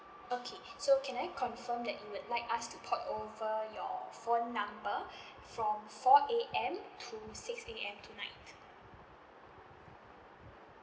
okay so can I confirm that you would like us to port over your phone number from four A_M to six A_M tonight